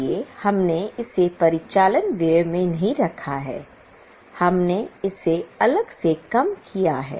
इसलिए हमने इसे परिचालन व्यय में नहीं रखा है हमने इसे अलग से कम किया है